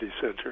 Center